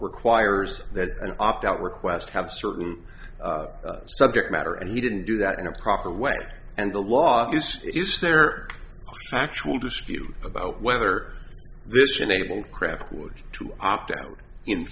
requires that an opt out request have certain subject matter and he didn't do that in a proper way and the law is is there factual dispute about whether this enable kraftwerk to opt out in